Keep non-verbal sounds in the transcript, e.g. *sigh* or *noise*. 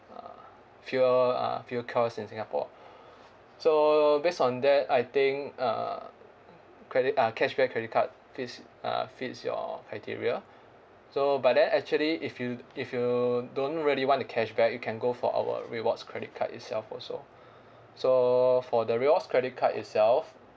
uh fuel uh fuel kiosks in singapore *breath* so based on that I think uh credit uh cashback credit card fits uh fits your criteria *breath* so by that actually if you if you don't really want a cashback you can go for our rewards credit card itself also *breath* so for the rewards credit card itself